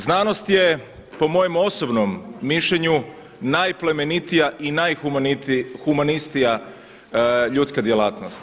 Znanost je po mojem osobnom mišljenju najplemenitija i najhumanistija ljudska djelatnost.